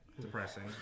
Depressing